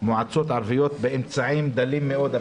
מועצות ערביות באמצעים דלים מאוד,